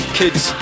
kids